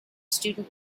student